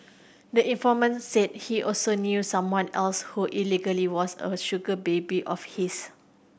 the informant said he also knew someone else who allegedly was a sugar baby of his